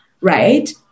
right